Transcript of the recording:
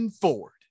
ford